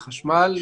מחשמל,